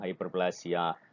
hyperplasia